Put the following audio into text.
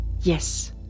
Yes